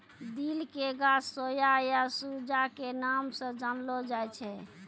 दिल के गाछ सोया या सूजा के नाम स जानलो जाय छै